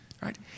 right